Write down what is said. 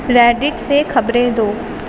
Reddit سے خبریں دو